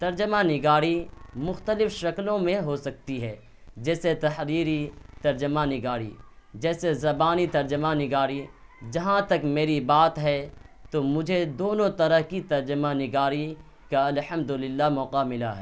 ترجمہ نگاری مختلف شکلوں میں ہو سکتی ہے جیسے تحریری ترجمہ نگاری جیسے زبانی ترجمہ نگاری جہاں تک میری بات ہے تو مجھے دونوں طرح کی ترجمہ نگاری کا الحمد للہ موقع ملا ہے